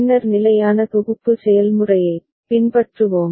பின்னர் நிலையான தொகுப்பு செயல்முறையைப் பின்பற்றுவோம்